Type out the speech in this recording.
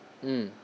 mm